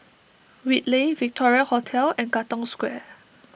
Whitley Victoria Hotel and Katong Square